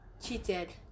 cheated